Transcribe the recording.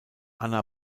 anna